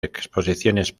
exposiciones